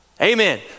amen